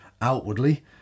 outwardly